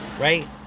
right